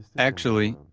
actually,